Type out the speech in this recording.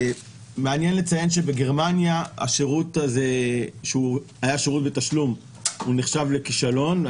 מעניין לציין שבגרמניה השירות הזה היה שירות בתשלום והוא נחשב לכישלון.